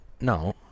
no